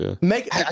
Make